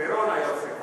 פירון היה עושה ככה.